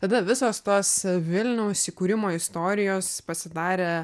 tada visos tos vilniaus įkūrimo istorijos pasidarė